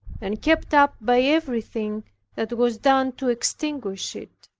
and kept up by everything that was done to extinguish it.